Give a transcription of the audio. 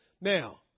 Now